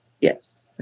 Yes